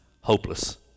hopeless